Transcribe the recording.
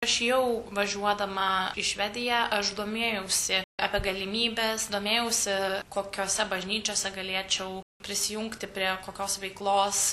aš jau važiuodama į švediją aš domėjausi apie galimybes domėjausi kokiose bažnyčiose galėčiau prisijungti prie kokios veiklos